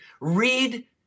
read